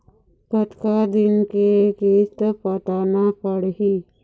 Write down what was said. कतका दिन के किस्त पटाना पड़ही?